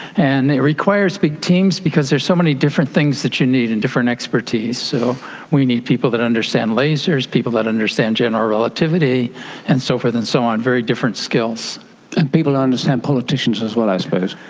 and it requires big teams because there's so many different things that you need and different expertise, so we need people that understand lasers, people that understand general relativity and so forth and so on, very different skills. and people understand politicians as well i suppose.